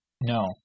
no